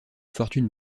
fortune